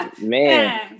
man